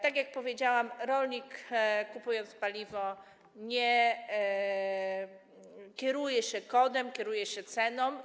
Tak jak powiedziałam, rolnik, kupując paliwo, nie kieruje się kodem, kieruje się ceną.